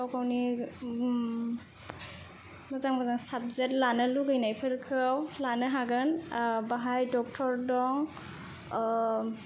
गावगावनि मोजां मोजां साबजेक लानो लुगैनायफोरखौ लानो हागोन बाहाय डक्टर दं